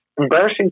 embarrassing